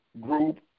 group